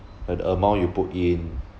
uh the amount you put in